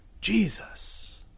Jesus